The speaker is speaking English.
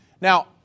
Now